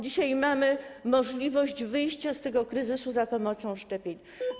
Dzisiaj mamy możliwość wyjścia z tego kryzysu za pomocą szczepień.